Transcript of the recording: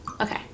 okay